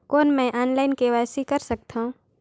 कौन मैं online KYC कर सकथव?